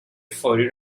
فوری